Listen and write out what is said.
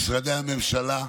למשרדי הממשלה,